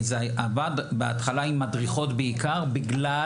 זה עבד בהתחלה עם מדריכות בעיקר בגלל